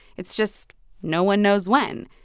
it's just no one knows when.